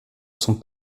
sont